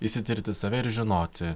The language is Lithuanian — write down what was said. išsitirti save ir žinoti